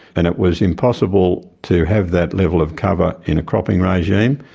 and it was impossible to have that level of cover in a cropping regime,